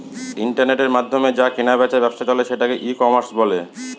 ইন্টারনেটের মাধ্যমে যে কেনা বেচার ব্যবসা চলে সেটাকে ই কমার্স বলে